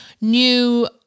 new